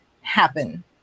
happen